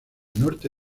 norte